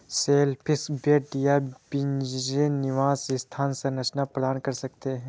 shellfish bed या पिंजरे निवास स्थान संरचना प्रदान कर सकते हैं